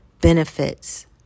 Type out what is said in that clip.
benefits